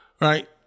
right